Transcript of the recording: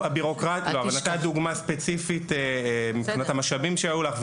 ונתת דוגמה ספציפית מבחינת המשאבים שהיו לך,